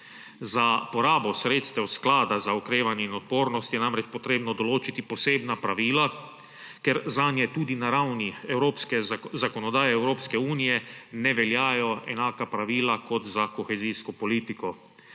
Za porabo sredstev Sklada za okrevanje in odpornost je namreč potrebno določiti posebna pravila, ker zanje tudi na ravni zakonodaje Evropske unije ne veljajo enaka pravila kot za kohezijsko politiko.